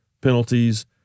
penalties